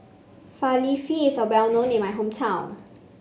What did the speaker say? falafel is well known in my hometown